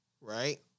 right